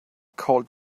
called